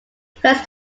reflects